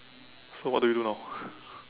so what do we do now